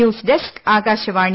news desk Akashvani